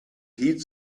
heed